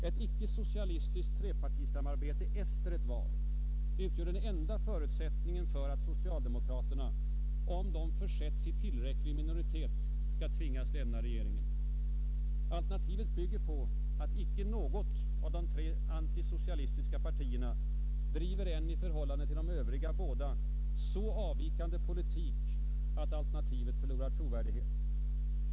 Ett icke-socialistiskt trepartisamarbete efter ett val utgör den enda förutsättningen för att socialdemokraterna, om de försätts i tillräcklig minoritet, skall tvingas lämna regeringen. Alternativet bygger på att icke något av de tre antisocialistiska partierna driver en i förhållande till de övriga båda så avvikande politik att alternativet förlorar trovärdighet.